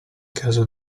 caso